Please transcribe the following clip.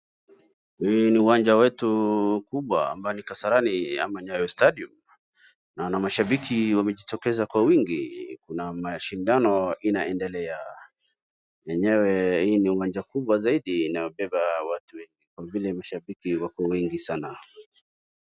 Hii ni uwanja wetu mkubwa ambayo ni Kasarani ama Nyayo Stadium. Naona mashambiki wamejitokeza kwa wingi, kuna mashindano inaendelea. Enyewe hii ni uwanja kubwa zaidi inayobeba watu wengi kwa vile mashambiki wako wengi sana.